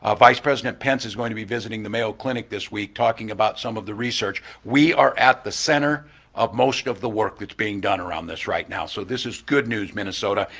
vice president pence is going to be visiting the mayo clinic this week talking about some of the research. we are at the center of most of the work that's being done around this right now. so this is good news, minnesota,